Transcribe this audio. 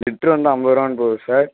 litre வந்து ஐம்பது ரூபான்னு போகுது சார்